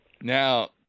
Now